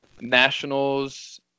nationals